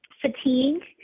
fatigue